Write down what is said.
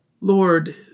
Lord